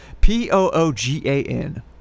p-o-o-g-a-n